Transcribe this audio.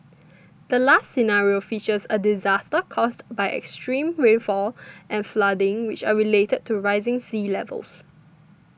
the last scenario features a disaster caused by extreme rainfall and flooding which are related to rising sea levels